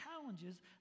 challenges